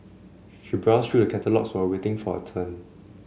she browsed through the catalogues while waiting for her turn